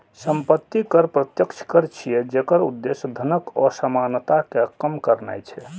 संपत्ति कर प्रत्यक्ष कर छियै, जेकर उद्देश्य धनक असमानता कें कम करनाय छै